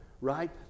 right